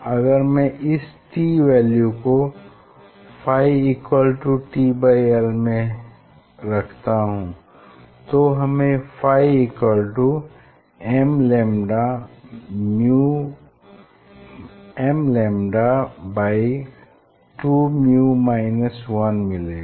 अगर मैं इस t वैल्यू को फाइ t l में रखेंगे तो हमें फाइ mλ2µ 1l मिलेगा